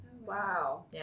Wow